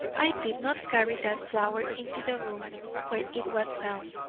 i did not carry that flower into the room where it was found.